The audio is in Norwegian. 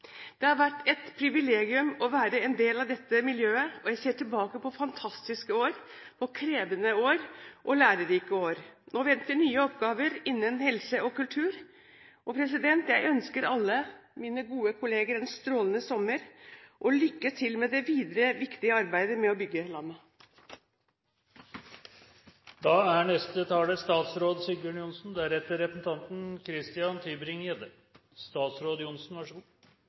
Det har vært et privilegium å være en del av dette miljøet, og jeg ser tilbake på fantastiske år, krevende år og lærerike år. Nå venter nye oppgaver innen helse og kultur. Jeg ønsker alle mine gode kolleger en strålende sommer og lykke til med det viktige arbeidet videre med å bygge